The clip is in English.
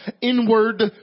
inward